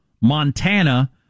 Montana